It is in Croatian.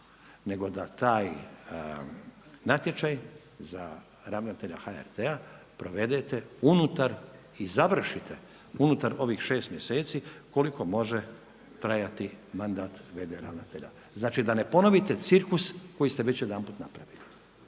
nego da taj natječaj za ravnatelja HRT-a provedete unutar i završite unutar ovih 6 mjeseci koliko može trajati mandat v.d. ravnatelja. Znači da ne ponovite cirkus koji ste već jedanput napravili.